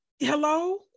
hello